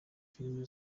filime